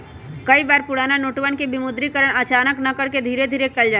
कई बार पुराना नोटवन के विमुद्रीकरण अचानक न करके धीरे धीरे कइल जाहई